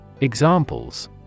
Examples